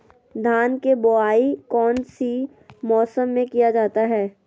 धान के बोआई कौन सी मौसम में किया जाता है?